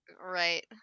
Right